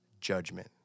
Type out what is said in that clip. judgment